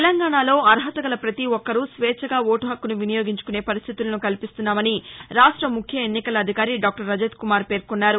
తెలంగాణలో అర్హత గల పతీ ఒక్సరూ స్వేచ్చగా ఓటు హక్కును వినియోగించుకునే పరిస్లితులను కల్పిస్తామని రాష్ట్ర ముఖ్య ఎన్నికల అధికారి దాక్టర్ రజత్కుమార్ పేర్కొన్నారు